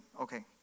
Okay